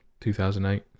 2008